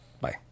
Bye